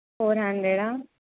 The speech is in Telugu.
ఫోర్ హండ్రెడా